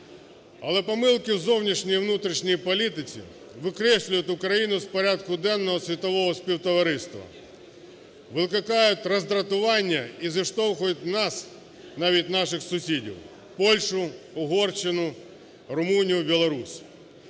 Але помилки в зовнішній і внутрішній політиці викреслюють Україну з порядку денного світового співтовариства, викликають роздратування і зіштовхують нас, навіть наших сусідів: Польщу, Угорщину, Румунію, Білорусь.